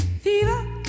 Fever